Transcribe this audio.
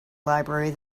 library